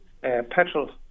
Petrol